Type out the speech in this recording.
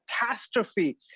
catastrophe